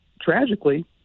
tragically